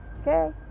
Okay